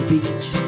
Beach